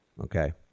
Okay